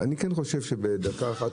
אני כן חושב שבדקה אחת,